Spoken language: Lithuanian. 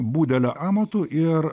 budelio amatu ir